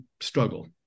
struggle